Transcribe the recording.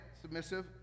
submissive